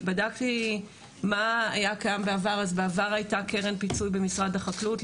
בדקתי מה היה קיים בעבר: בעבר הייתה קרן פיצוי במשרד החקלאות.